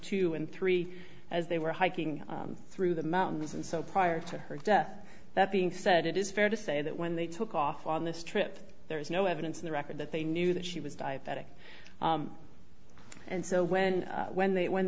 two and three as they were hiking through the mountains and so prior to her death that being said it is fair to say that when they took off on this trip there is no evidence in the record that they knew that she was diabetic and so when when they when